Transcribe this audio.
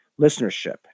listenership